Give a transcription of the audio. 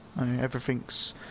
everything's